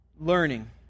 learning